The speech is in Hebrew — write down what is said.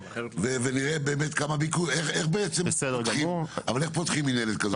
איך פותחים מינהלת כזאת?